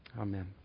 Amen